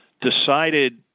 decided –